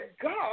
God